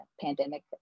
pandemic